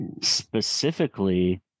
Specifically